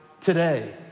today